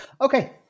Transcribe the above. okay